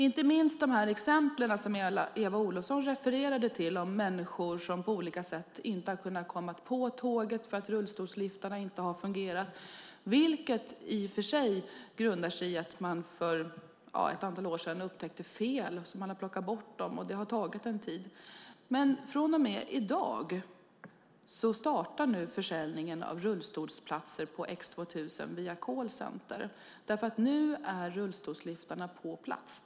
Eva Olofsson refererade till exempel som rör människor som på olika sätt inte har kunnat komma på tåget för att rullstolsliftarna inte har fungerat. Det grundar sig på att man för ett antal år sedan upptäckte fel. Därför har man plockat bort dem, och det har tagit en tid. Men från och med i dag startar försäljningen av rullstolsplatser på X 2000 via callcenter. Nu är rullstolsliftarna på plats.